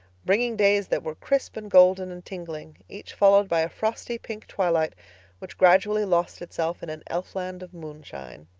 bringing days that were crisp and golden and tingling, each followed by a frosty pink twilight which gradually lost itself in an elfland of moonshine.